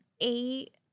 eight